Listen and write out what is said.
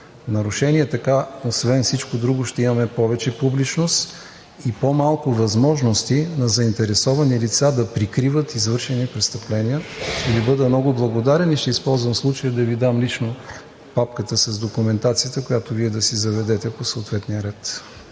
закононарушения. Така освен всичко друго ще имаме повече публичност и по-малко възможности на заинтересовани лица да прикриват извършени престъпления. Ще Ви бъда много благодарен и ще използвам случая да Ви дам лично папката с документацията, която Вие да заведете по съответния ред.